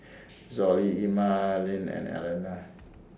Zollie Emmaline and Elaina